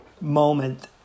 moment